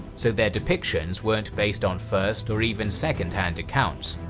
so their depictions weren't based on first or even secondhand accounts.